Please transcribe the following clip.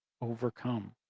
overcome